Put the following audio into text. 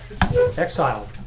exiled